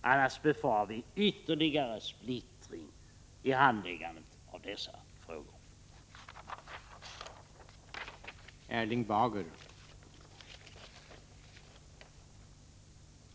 annars befarar vi en ytterligare splittring när det gäller handläggandet av dessa frågor.